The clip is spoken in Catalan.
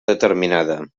determinada